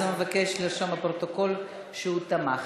אז הוא מבקש לרשום בפרוטוקול שהוא תמך.